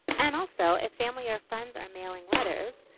and also if family or friends are mailing letters,